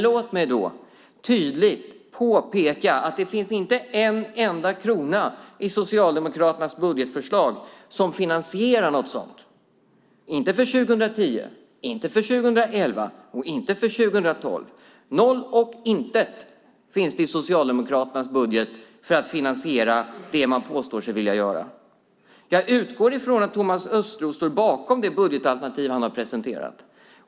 Låt mig då tydligt påpeka att det inte finns en enda krona i Socialdemokraternas budgetförslag som finansierar något sådant, inte för 2010, inte för 2011 och inte för 2012. Noll och intet finns det i Socialdemokraternas budget för att finansiera det man påstår sig vilja göra. Jag utgår från att Thomas Östros står bakom det budgetalternativ han har presenterat.